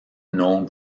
known